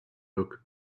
look